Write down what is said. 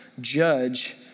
judge